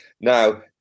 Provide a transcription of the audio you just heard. Now